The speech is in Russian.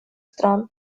стран